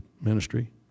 ministry